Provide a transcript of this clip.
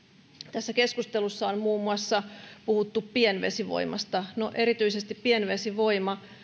tässä keskustelussa on muun muassa puhuttu pienvesivoimasta no erityisesti pienvesivoima